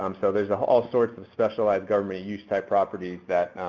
um so there's all sorts of specialized government use type properties that,